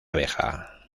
abeja